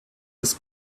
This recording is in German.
das